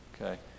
okay